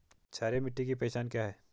क्षारीय मिट्टी की पहचान क्या है?